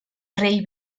rei